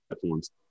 platforms